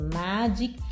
magic